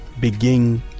begin